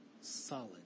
solid